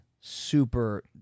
super